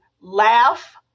laugh